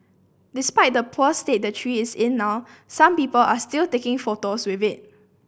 despite the poor state the tree is in now some people are still taking photos with it